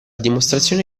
dimostrazione